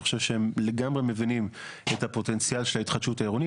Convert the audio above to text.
אני חושב שהם לגמרי מבינים את הפוטנציאל של ההתחדשות העירונית,